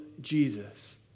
Jesus